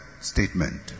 statement